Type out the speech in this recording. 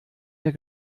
mehr